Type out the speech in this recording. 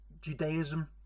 Judaism